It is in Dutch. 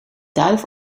duif